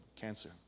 cancer